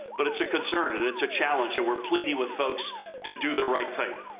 but it's a concern, and it's a challenge, and we're pleading with folks to do the right thing.